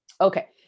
Okay